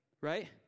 right